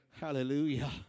hallelujah